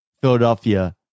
Philadelphia